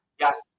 yes